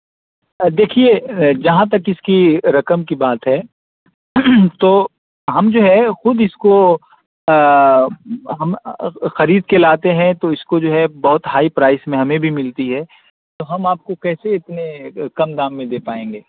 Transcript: دیکھیے جہاں تک اس کی رقم کی بات ہے تو ہم جو ہے خود اس کو ہم خرید کے لاتے ہیں تو اس کو جو ہے بہت ہائی پرائس میں ہمیں بھی ملتی ہے تو ہم آپ کو کیسے اتنے کم دام میں دے پائیں گے